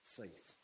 faith